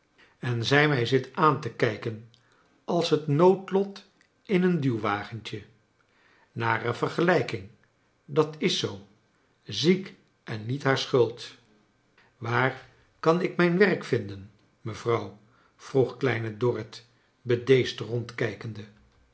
en zij mij zit aan te kijken als het noodlot in een duwwagentje nare vergelijking dat is zoo ziek en niet haar schuld waar kan ik mijn werk vinden mevrouw vroeg kleine dorrit bedeesd rondkijkende